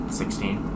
sixteen